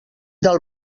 del